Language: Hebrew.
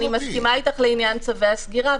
אני מסכימה איתך לעניין צווי הסגירה,